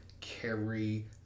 carry